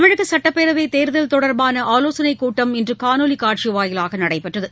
தமிழகசட்டப்பேரவைதேர்தல் தொடர்பானஆலோசனைகூட்டம் இன்றுகாணொலிகாட்சிவாயிலாகநடைபெற்றது